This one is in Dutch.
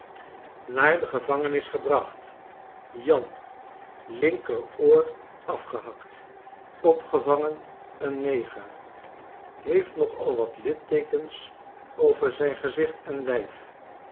naar de gevangenis gebracht jan linkeroor afgehakt opgevangen een neger heeft nogal wat litteekens over zijn gezicht en lijf